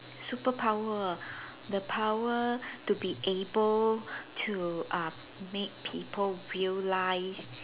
superpower the power to be able to uh make people realise